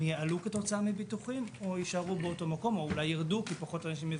הם יעלו כתוצאה מביטוחים או יישארו או אולי יירדו כי פחות אנשים יבטחו?